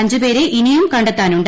അഞ്ചുപേരെ ഇനിയും കണ്ടെത്താനുണ്ട്